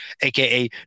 aka